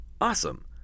Awesome